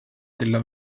della